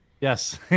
Yes